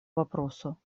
вопросу